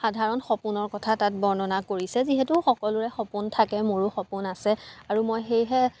সাধাৰণ সপোনৰ কথা তাত বৰ্ণনা কৰিছে যিহেতু সকলোৰে সপোন থাকে মোৰো সপোন আছে আৰু মই সেয়েহে